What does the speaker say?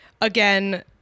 again